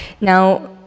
Now